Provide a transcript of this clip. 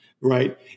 Right